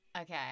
Okay